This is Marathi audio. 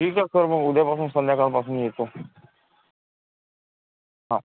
ठीक आहे सर मग उद्यापासून संध्याकाळपासून येतो हां